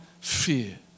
fear